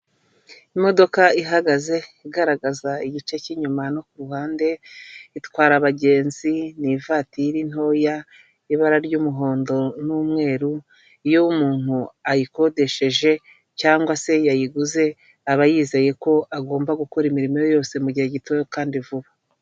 Imodoka ihagaze igaragaza igice c'inyuma no kuruhande itwara abagenzi, ni ivatiri ntoya y'i ibara ry'umuhondo n'umweru iyo umuntu ayikodesheje cyangwa se yayiguze aba yizeye ko agomba gukora imirimo ye yose mugihe gito kandi vuba.